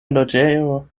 loĝejo